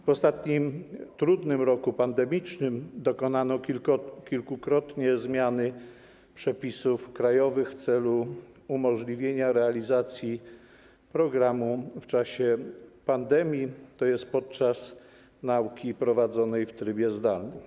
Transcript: W ostatnim, trudnym roku pandemicznym dokonano kilkukrotnie zmiany przepisów krajowych w celu umożliwienia realizacji programu w czasie pandemii, tj. podczas nauki prowadzonej w trybie zdalnym.